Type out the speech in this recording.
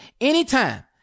anytime